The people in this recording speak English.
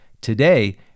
Today